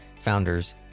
founder's